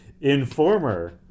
Informer